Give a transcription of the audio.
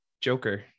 Joker